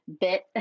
bit